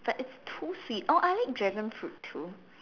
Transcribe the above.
but it's too sweet oh I like dragonfruit too